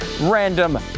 random